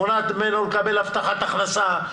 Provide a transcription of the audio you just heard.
מונעת ממנו לקבל הבטחת הכנסה,